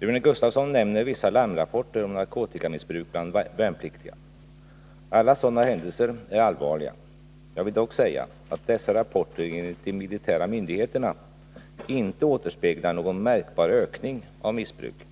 Rune Gustavsson nämner vissa larmrapporter om narkotikamissbruk bland värnpliktiga. Alla sådana händelser är allvarliga. Jag vill dock säga att dessa rapporter enligt de militära myndigheterna inte återspeglar någon märkbar ökning av missbruket.